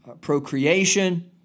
procreation